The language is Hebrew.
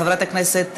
לחברת הכנסת,